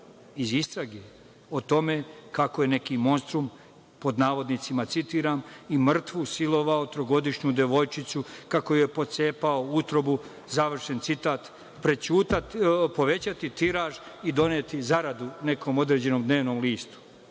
iz istrage o tome kako je neki monstrum, pod navodnicima, citiram – i mrtvu silovao trogodišnju devojčicu, kako joj je pocepao utrobu, završen citat, povećati tiraž i doneti zaradu nekom određenom dnevnom listu.